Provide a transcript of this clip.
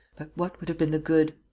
but what would have been the good?